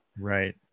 Right